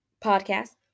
Podcast